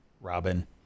Robin